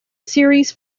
series